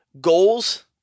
goals